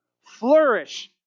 flourish